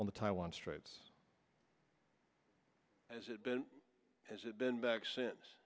on the taiwan straits has it been has it been back since